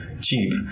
cheap